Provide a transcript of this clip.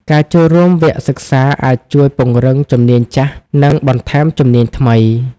ការចូលរួមវគ្គសិក្សាអាចជួយពង្រឹងជំនាញចាស់ និងបន្ថែមជំនាញថ្មី។